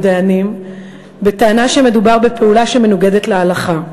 דיינים בטענה שמדובר בפעולה שמנוגדת להלכה.